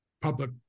public